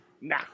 Nah